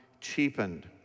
cheapened